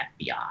FBI